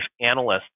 analysts